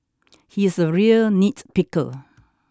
he is a real nitpicker